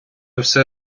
все